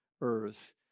earth